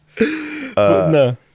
No